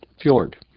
fjord